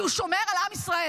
כי הוא שומר על עם ישראל.